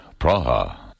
Praha